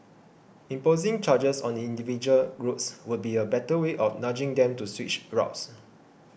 imposing charges on the individual roads will be a better way of nudging them to switch routes